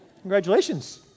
Congratulations